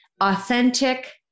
authentic